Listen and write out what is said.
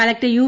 collector U